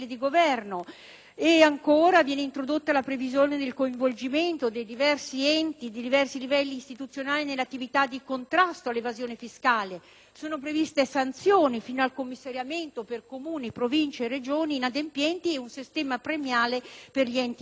Ancora, viene introdotta la previsione del coinvolgimento dei diversi livelli istituzionali nell'attività di contrasto all'evasione fiscale. Sono previste sanzioni fino al commissariamento per Comuni, Province e Regioni inadempienti e un sistema premiale per gli enti virtuosi.